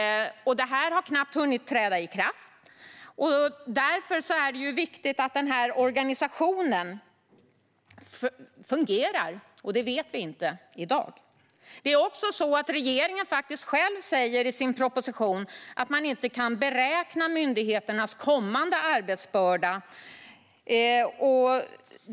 Och de har knappt hunnit träda i kraft. Det är viktigt att organisationen fungerar. Det vet vi inte om den gör i dag. Regeringen säger själv i propositionen att man inte kan beräkna myndigheternas kommande arbetsbörda.